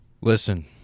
Listen